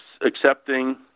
accepting